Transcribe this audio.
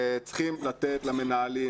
צריך לתת למנהלים,